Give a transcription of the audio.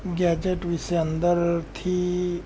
gadget વિશે અંદરથી